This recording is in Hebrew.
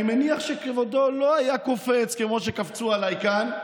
אני מניח שכבודו לא היה קופץ כמו שקפצו עליי כאן,